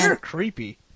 creepy